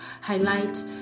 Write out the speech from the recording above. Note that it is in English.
highlight